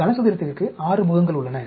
கனசதுரத்திற்கு 6 முகங்கள் உள்ளன